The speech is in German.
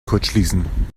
kurzschließen